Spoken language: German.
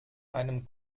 einem